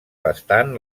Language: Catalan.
bastant